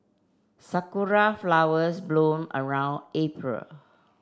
Sakura flowers bloom around April